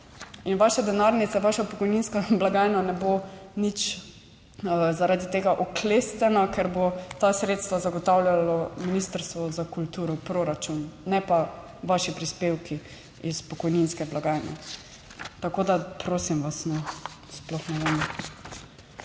vaše denarnice, vaša pokojninska blagajna ne bo nič zaradi tega oklestena, ker bo ta sredstva zagotavljalo Ministrstvo za kulturo, proračun, ne pa vaši prispevki iz pokojninske blagajne. Tako da, prosim vas, no, sploh ne bom.